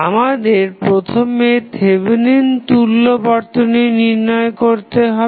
আমাদের প্রথমে থেভেনিন তুল্য বর্তনী নির্ণয় করতে হবে